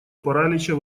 паралича